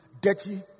dirty